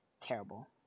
terrible